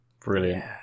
Brilliant